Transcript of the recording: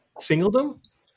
singledom